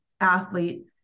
athlete